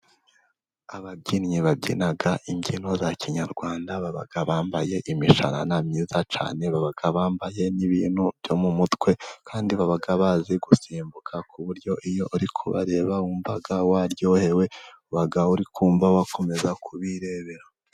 Ababyinnyi babyina imbyino ya kinyarwanda, baba bambaye imishanana myiza cyane ,baba bambaye n'ibintu byo mu mutwe, kandi baba bazi gusimbuka, ku buryo iyo uri kubareba wumva waryohewe uba urikumva wakomeza kubirebera.